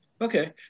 Okay